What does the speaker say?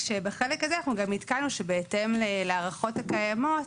כשבחלק הזה גם עדכנו שבהתאם להערכות הקיימות